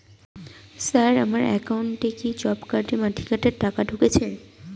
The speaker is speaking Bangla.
স্যার আমার একাউন্টে কি জব কার্ডের মাটি কাটার টাকা ঢুকেছে?